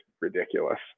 ridiculous